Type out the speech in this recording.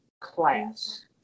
class